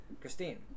Christine